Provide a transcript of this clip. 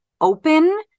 open